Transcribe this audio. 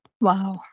Wow